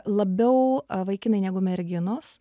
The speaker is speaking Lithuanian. labiau vaikinai negu merginos